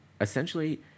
essentially